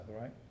right